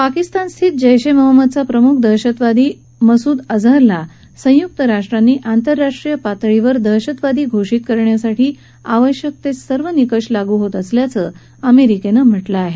पाकिस्तान स्थित जैश ए महम्मदचा प्रमुख दहशतवादी मसूद अजहरला संयुक्त राष्ट्रांनी आंतरराष्ट्रीय पातळीवर दहशतवादी घोषित करण्यासाठी आवश्यक सर्व निकष लागू होत असल्याचं अमेरिकेनं म्हटलं आहे